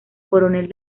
coronel